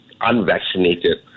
unvaccinated